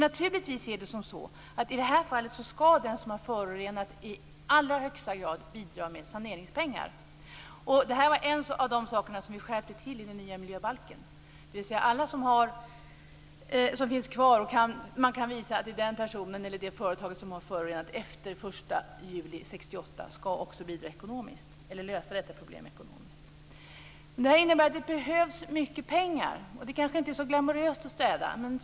För naturligtvis är det så att i det här fallet ska den som har förorenat i allra högsta grad bidra med saneringspengar. Det var en av de saker som vi skärpte till i den nya miljöbalken. Det här innebär att det behövs mycket pengar. Det kanske inte är så glamouröst att städa.